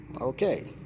Okay